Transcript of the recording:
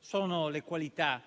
Sono le qualità